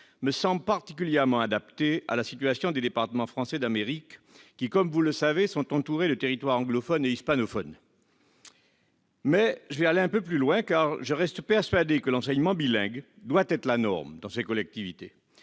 me semble particulièrement adaptée à la situation des départements français d'Amérique, qui, comme vous le savez, sont entourés de territoires anglophones et hispanophones. J'irai plus loin : je reste persuadé que l'enseignement bilingue doit être la norme dans ces collectivités.